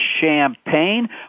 Champagne